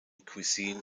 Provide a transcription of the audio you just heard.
cuisine